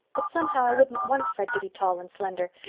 but somehow i wouldn't want fred to be tall and slender.